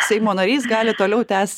seimo narys gali toliau tęst